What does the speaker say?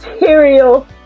material